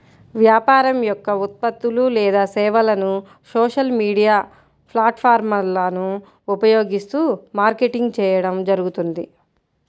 వ్యాపారం యొక్క ఉత్పత్తులు లేదా సేవలను సోషల్ మీడియా ప్లాట్ఫారమ్లను ఉపయోగిస్తూ మార్కెటింగ్ చేయడం జరుగుతుంది